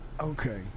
Okay